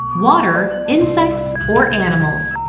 water, insects or animals.